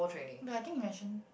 but I think you mention